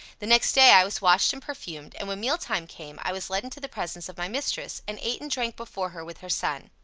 the next day i was washed and perfumed, and when meal-time came i was led into into the presence of my mistress, and ate and drank before her with her son.